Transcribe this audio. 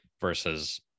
versus